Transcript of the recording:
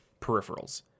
peripherals